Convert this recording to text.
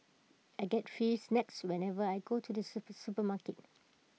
I get free snacks whenever I go to the super supermarket